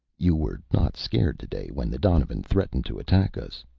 you were not scared today when the donovan threatened to attack us.